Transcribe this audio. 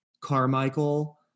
Carmichael